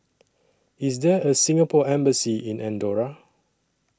IS There A Singapore Embassy in Andorra